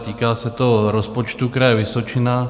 Týká se to rozpočtu Kraje Vysočina.